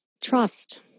Trust